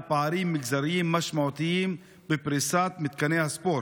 פערים מגזריים משמעותיים בפריסת מתקני הספורט.